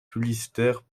publicitaires